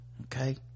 Okay